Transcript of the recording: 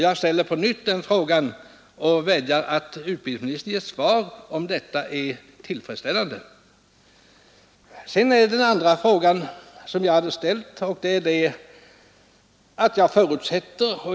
Jag ställer på nytt frågan om detta är tillfredsställande och vädjar till utbildningsministern om svar.